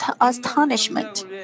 astonishment